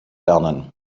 lernen